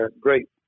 great